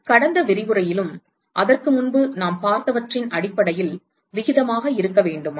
கடந்த விரிவுரையிலும் அதற்கு முன்பும் நாம் பார்த்தவற்றின் அடிப்படையில் விகிதமாக இருக்க வேண்டுமா